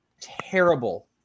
terrible